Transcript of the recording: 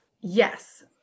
Yes